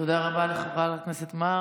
תודה רבה לחברת הכנסת מארק.